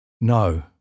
No